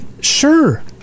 Sure